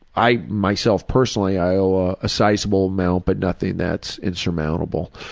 i myself, personally, i owe a ah sizeable amount but nothing that's insurmountable.